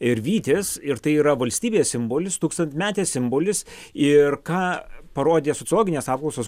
ir vytis ir tai yra valstybės simbolis tūkstantmetis simbolis ir ką parodė sociologinės apklausos